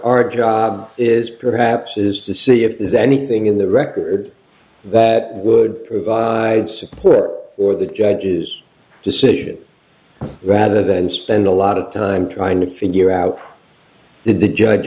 our job is perhaps is to see if there's anything in the record that would provide support or the judge's decision rather than spend a lot of time trying to figure out the judge